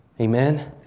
Amen